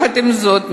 עם זאת,